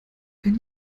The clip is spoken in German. wenn